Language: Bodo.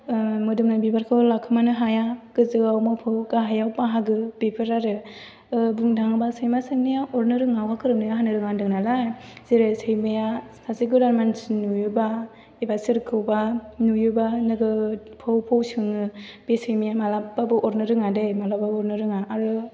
मोदोमनाय बिबारखौ लाखोमानो हाया गोजौआव मोफौ गाहायाव बाहागो बेफोर आरो बुंनो थाङोबा सैमा सोंनाया अरनो रोङा अखा खोरोमनाया हानो रोङा होनदों नालाय जेरै सैमाया सासे गोदान मानसि नुयोबा एबा सोरखौबा नुयोबा नोगोद भौ भौ सोङो बे सैमाया मालाबाबो अरनो रोङा दै मालाबाबो अरनो रोङा आरो